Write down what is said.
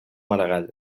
maragall